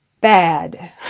bad